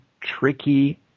tricky